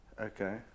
Okay